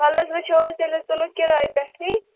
وۅلہٕ حظ وُچھو حظ تیٚلہِ حظ تُلو کِرایہِ پیٚٹھٕے